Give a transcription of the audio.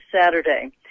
Saturday